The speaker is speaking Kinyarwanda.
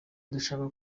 dushaka